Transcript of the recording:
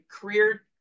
career